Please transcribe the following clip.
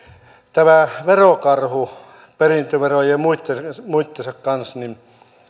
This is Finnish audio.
verokarhu perintöverojen ja muitten kanssa niin